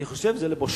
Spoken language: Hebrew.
אני חושב שזה לבושתם.